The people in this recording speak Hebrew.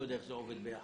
לא יודע איך זה עובד ביחד.